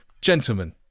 gentlemen